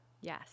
yes